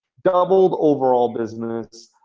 doubled overall business.